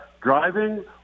driving